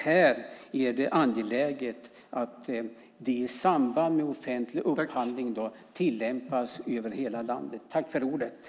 Det är angeläget att detta tillämpas över hela landet i samband med offentlig upphandling.